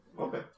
okay